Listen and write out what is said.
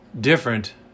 different